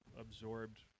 absorbed